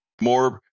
More